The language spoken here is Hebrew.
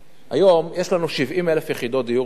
היום יש לנו 70,000 יחידות דיור בדיור הציבורי,